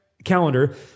calendar